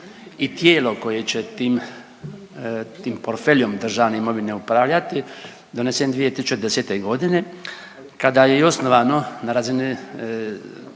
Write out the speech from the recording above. i tijelo koje će tim portfeljom državne imovine upravljati donesen 2010. godine kada je i osnovano na razini